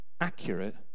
accurate